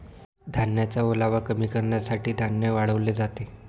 धान्याचा ओलावा कमी करण्यासाठी धान्य वाळवले जाते